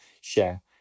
share